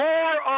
More